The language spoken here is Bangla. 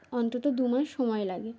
অন্তত দুমাস সময় লাগে